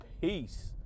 Peace